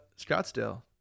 Scottsdale